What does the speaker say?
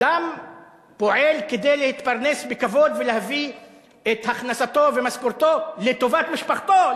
אדם פועל כדי להתפרנס בכבוד ולהביא את הכנסתו ומשכורתו לטובת משפחתו,